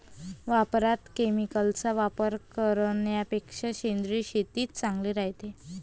वावरात केमिकलचा वापर करन्यापेक्षा सेंद्रिय शेतीच चांगली रायते